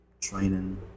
training